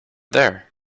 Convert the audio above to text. there